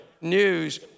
news